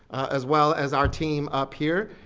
as well as our team up here,